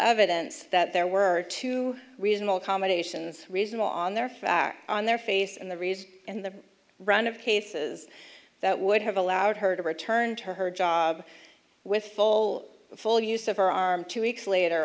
evidence that there were two reasonable accommodations reasonable on their facts on their face and the reason and the run of cases that would have allowed her to return to her job with full full use of her arm two weeks later